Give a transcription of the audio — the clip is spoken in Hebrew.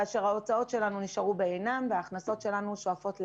כאשר ההוצאות נשארו בעינן וההכנסות שואפות לאפס.